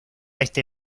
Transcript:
este